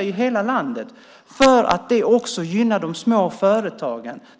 i hela landet. Det gynnar också de små företagen.